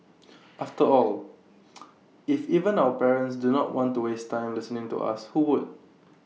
after all if even our parents do not want to waste time listening to us who would